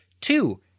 two